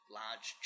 large